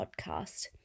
podcast